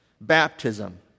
baptism